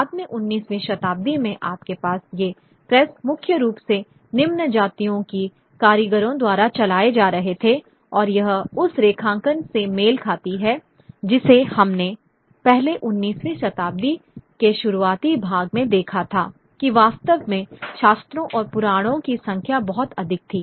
बाद में 19वीं शताब्दी में आपके पास ये प्रेस मुख्य रूप से निम्न जातियों के कारीगरों द्वारा चलाए जा रहे थे और यह उस रेखांकन से मेल खाती थी जिसे हमने पहले 19वीं शताब्दी के शुरुआती भाग में देखा था कि वास्तव में शास्त्रों और पुराणों की संख्या बहुत अधिक थी